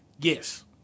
Yes